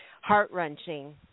heart-wrenching